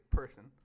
person